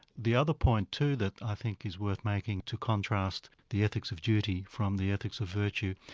the other point too, that i think is worth making to contrast the ethics of duty from the ethics of virtue,